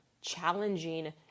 challenging